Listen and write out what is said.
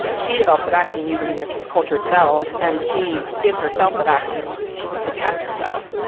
she develops a vaccine using this cultured cells and she gives herself the vaccine to test herself.